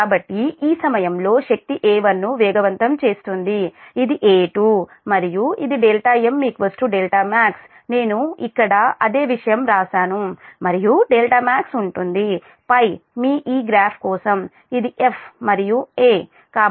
కాబట్టి ఈ సమయంలో శక్తి A1 ను వేగవంతం చేస్తుంది ఇదిA2 మరియు ఇది δm δmax నేను ఇక్కడ అదే విషయం వ్రాసాను మరియుδmax ఉంటుంది π మీ ఈ గ్రాఫ్ కోసం ఇది 'f' మరియు 'a'